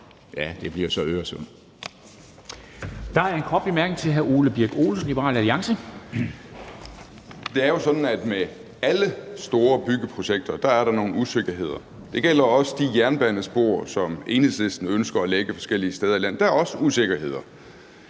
Dam Kristensen): Der er en kort bemærkning til hr. Ole Birk Olesen, Liberal Alliance. Kl. 10:10 Ole Birk Olesen (LA): Det er sådan, at der ved alle store byggeprojekter er nogle usikkerheder. Det gælder også de jernbanespor, som Enhedslisten ønsker at lægge forskellige steder i landet. Der er også usikkerheder.